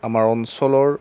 আমাৰ অঞ্চলৰ